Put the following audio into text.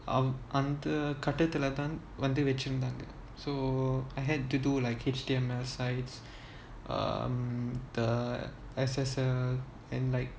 um அந்த கட்டத்துல தான் வந்து வச்சிருந்தாங்க:antha katathula thaan vachirunthanga so I had to do like H_T_M_L sides um the S_S_L and like